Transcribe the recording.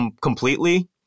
completely